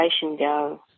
go